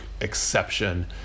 exception